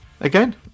again